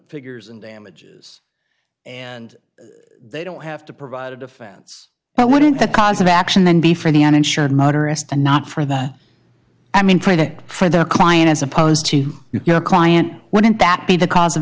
figures in damages and they don't have to provide a defense wouldn't that cause of action then be for the uninsured motorist and not for that i mean training for the client as opposed to your client wouldn't that be the cause of